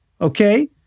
Okay